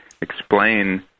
explain